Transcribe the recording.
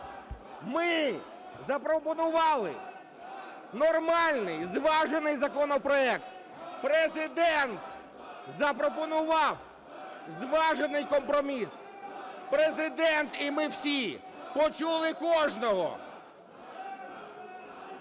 Ми запропонували нормальний зважений законопроект. Президент запропонував зважений компроміс. Президент і ми всі почули кожного.